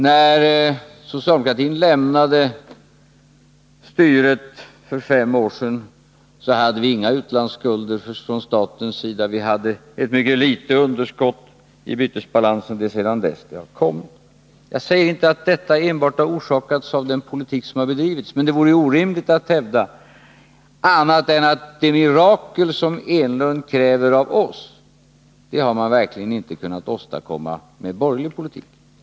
När socialdemokratin lämnade styret för fem år sedan hade vi inga utlandsskulder från statens sida. Vi hade ett mycket litet underskott i bytesbalansen. Det är sedan dess det har kommit. Jag säger inte att detta enbart har orsakats av den politik som drivits, men det vore orimligt att hävda annat än att man verkligen inte med borgerlig politik har kunnat åstadkomma det mirakel som Eric Enlund kräver av oss.